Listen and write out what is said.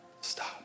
stop